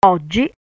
Oggi